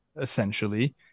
essentially